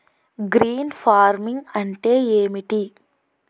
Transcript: Green farming అంటే ఏమిటి?